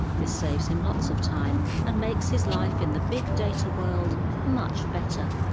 this saves him lots of time and makes his life in the big data world much better.